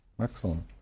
Excellent